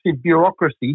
bureaucracy